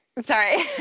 Sorry